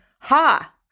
Ha